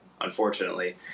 unfortunately